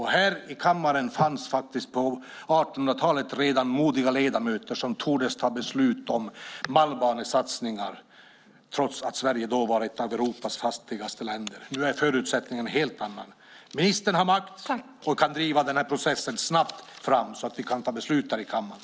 Här i kammaren fanns faktiskt redan på 1800-talet modiga ledamöter som tordes fatta beslut om malmbanesatsningar trots att Sverige då var ett av Europas fattigaste länder. Nu är förutsättningen en helt annan. Ministern har makt och kan driva fram den här processen snabbt så att vi kan fatta beslut här i kammaren.